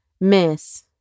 miss